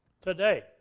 today